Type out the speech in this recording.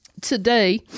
Today